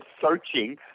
searching